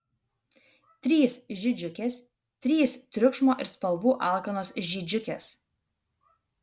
trys žydžiukės trys triukšmo ir spalvų alkanos žydžiukės